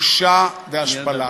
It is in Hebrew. בושה והשפלה.